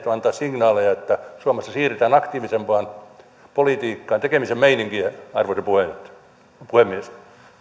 on antaa täältä signaaleja että suomessa siirrytään aktiivisempaan politiikkaan ja tekemisen meininkiin arvoisa puhemies